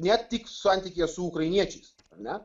ne tik santykyje su ukrainiečiais ar ne